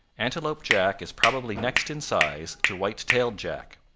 antelope jack is probably next in size to white-tailed jack.